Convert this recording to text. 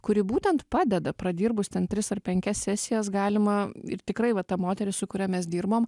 kuri būtent padeda pradirbus ten tris ar penkias sesijas galima ir tikrai va ta moteris su kuria mes dirbom